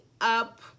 up